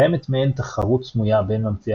קיימת מעין תחרות סמויה בין ממציאי